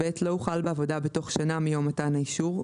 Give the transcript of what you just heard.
(ב) לא הוחל בעבודה בתוך שנה מיום מתן האישור,